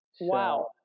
Wow